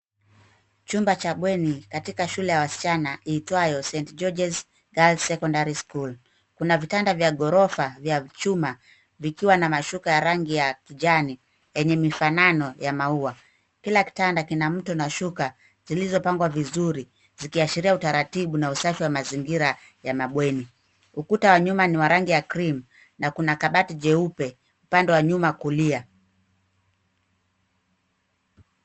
Chumba cha bweni katika shule ya wasichana iitwayo, Saint Georges Girls Secondary School. Kuna vitanda vya ghorofa vya chuma vikiwa na mashuka ya rangi ya kijani yenye mifanano ya maua. Kila kitanda kina mto na shuka zilizopangwa vizuri zikiashiria utaratibu na usafi wa mazingira ya mabweni. Ukuta wa nyuma ni wa rangi ya cream na kuna kabati jeupe upande wa nyuma kulia.